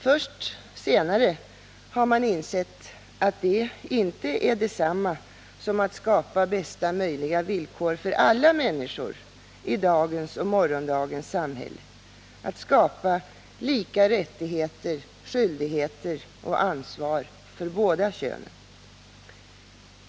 Först senare har man insett att det inte är detsamma som att skapa bästa möjliga villkor för alla människor i dagens och morgondagens samhälle, att skapa lika rättigheter, skyldigheter och ansvar för båda könen.